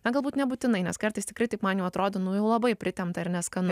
na galbūt nebūtinai nes kartais tikrai taip man jau atrodo nu jau labai pritempta ir neskanu